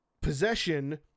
possession